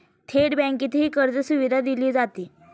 थेट बँकेतही कर्जसुविधा दिली जाते